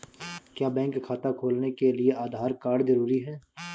क्या बैंक खाता खोलने के लिए आधार कार्ड जरूरी है?